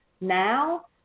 now